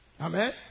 Amen